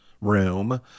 room